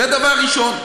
זה דבר ראשון.